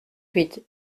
huit